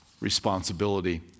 responsibility